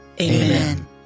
Amen